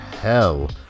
hell